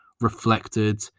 reflected